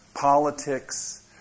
politics